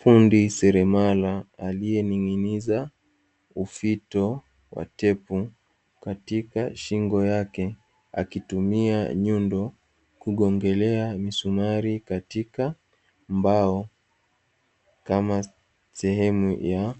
Fundi seremala aliening'niza ufito wa tepu katika shingo yake, akitumia nyundo kugongelea misumari katika mbao kama sehemu ya